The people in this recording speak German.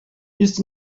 ist